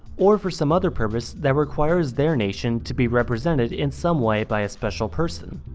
or for some other purpose that requires their nation to be represented in some way by a special person.